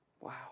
Wow